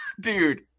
dude